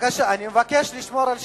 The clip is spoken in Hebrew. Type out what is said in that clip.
בבקשה, אני מבקש לשמור על שקט.